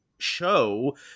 show